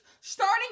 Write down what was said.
Starting